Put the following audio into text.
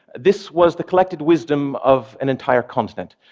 this was the collected wisdom of an entire continent,